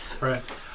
Right